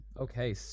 Okay